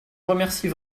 remercie